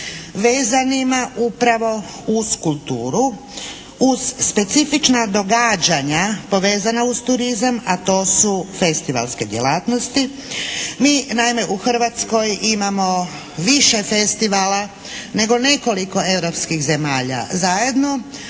vezanima upravo uz kulturu, uz specifična događanja povezana uz turizam a to su festivalske djelatnosti. Mi naime u Hrvatskoj imamo više festivala nego nekoliko europskih zemalja zajedno